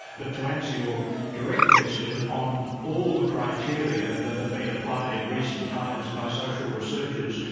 but to answer your direct question on all the criteria that had been applied in recent times by social researchers,